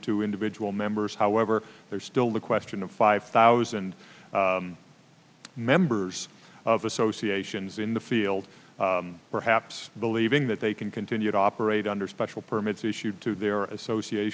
to individual members however there's still the question of five thousand members of associations in the field perhaps believing that they can continue to operate under special permits issued to their associat